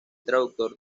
traductor